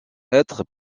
être